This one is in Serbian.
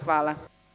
Hvala.